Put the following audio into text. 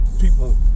people